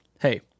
Hey